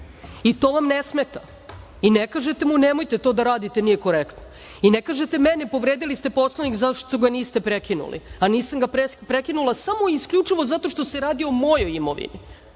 I to vam ne smeta i ne kažete mu, nemojte to da radite, nije korektno. I ne kažete meni, povredili ste Poslovnik zato što ga niste prekinuli, a nisam ga prekinula samo i isključivo zato što se radi o mojoj imovini,